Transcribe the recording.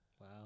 Wow